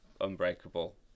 Unbreakable